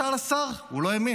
שאל השר, הוא לא האמין.